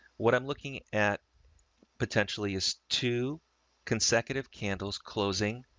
what i'm looking at potentially is two consecutive candles closing,